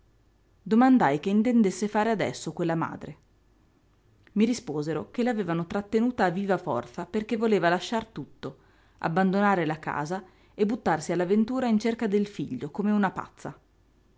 infantile domandai che intendesse fare adesso quella madre i risposero che l'avevano trattenuta a viva forza perché voleva lasciar tutto abbandonare la casa e buttarsi alla ventura in cerca del figlio come una pazza